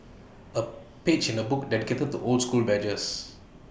A page in the book dedicated to old school badges